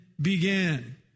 Began